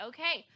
Okay